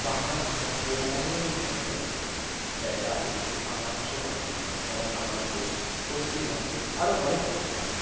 বাংলা ভাষার অনেক ধরণের জায়গা আছে যেখানে বাংলা ভাষায় কথা বলা হয় যেমন বাংলাদেশ পশ্চিমবঙ্গ আরও অনেক জায়গা আছে